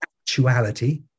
actuality